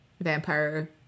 vampire